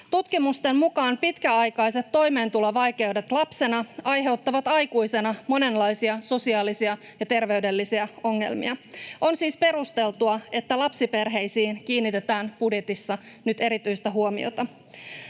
Tutkimusten mukaan pitkäaikaiset toimeentulovaikeudet lapsena aiheuttavat aikuisena monenlaisia sosiaalisia ja terveydellisiä ongelmia. On siis perusteltua, että lapsiperheisiin kiinnitetään budjetissa nyt erityistä huomiota.